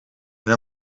een